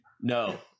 No